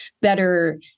better